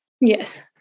Yes